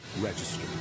Register